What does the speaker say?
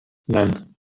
nein